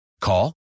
Call